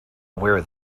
where